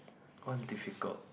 one difficult